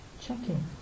Checking